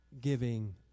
giving